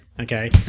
Okay